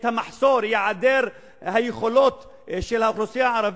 המחסור, היעדר היכולות של האוכלוסייה הערבית,